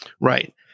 Right